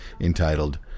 entitled